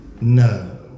No